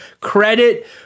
credit